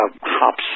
hops